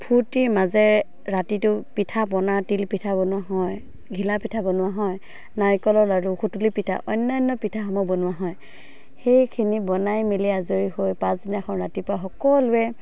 ফূৰ্তিৰ মাজেৰে ৰাতিটো পিঠা পনা তিল পিঠা বনোৱা হয় ঘিলা পিঠা বনোৱা হয় নাৰিকলৰ লাড়ু সুতুলি পিঠা অন্যান্য পিঠাসমূহ বনোৱা হয় সেইখিনি বনাই মেলি আজৰি হৈ পাছদিনাখন ৰাতিপুৱা সকলোৱে